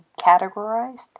categorized